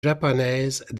japonaise